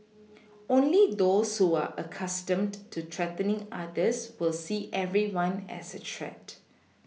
only those who are accustomed to threatening others will see everyone as a threat